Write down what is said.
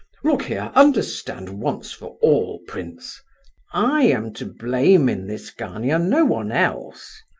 look here, understand once for all, prince i am to blame in this, gania no one else,